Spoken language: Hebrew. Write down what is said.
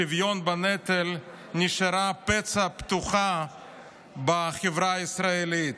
שוויון בנטל, נשארה פצע פתוח בחברה הישראלית.